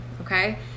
okay